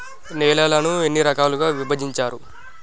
నేలలను ఎన్ని రకాలుగా విభజించారు?